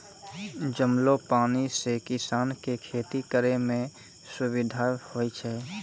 जमलो पानी से किसान के खेती करै मे भी सुबिधा होय छै